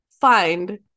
find